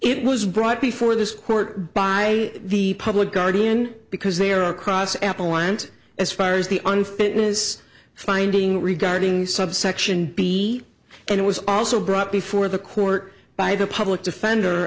it was brought before this court by the public guardian because there are cross apple and as far as the unfitness finding regarding subsection b and it was also brought before the court by the public defender